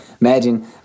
imagine